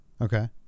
okay